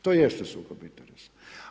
To jeste sukob interesa.